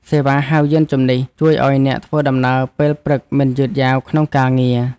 សេវាហៅយានជំនិះ ជួយឱ្យអ្នកធ្វើដំណើរពេលព្រឹកមិនយឺតយ៉ាវក្នុងការងារ។